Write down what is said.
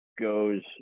goes